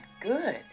good